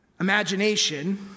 Imagination